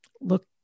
look